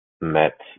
met